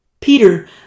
Peter